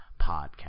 podcast